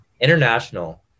international